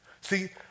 See